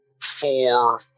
four